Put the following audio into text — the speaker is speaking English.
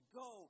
go